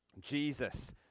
Jesus